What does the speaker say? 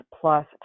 plus